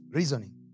Reasoning